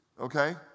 okay